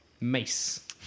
mace